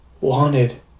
wanted